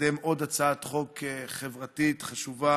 לקדם עוד הצעת חוק חברתית וחשובה,